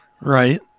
Right